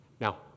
Now